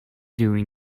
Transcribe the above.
doing